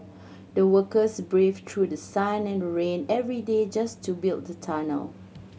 the workers braved through the sun and rain every day just to build the tunnel